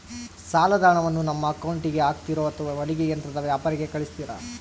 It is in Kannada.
ಸಾಲದ ಹಣವನ್ನು ನಮ್ಮ ಅಕೌಂಟಿಗೆ ಹಾಕ್ತಿರೋ ಅಥವಾ ಹೊಲಿಗೆ ಯಂತ್ರದ ವ್ಯಾಪಾರಿಗೆ ಕಳಿಸ್ತಿರಾ?